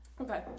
Okay